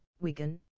Wigan